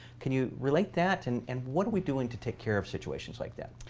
can you relate that? and and what are we doing to take care of situations like that?